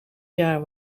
jaar